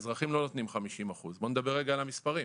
האזרחים לא נותנים 50%. בוא נדבר רגע על המספרים.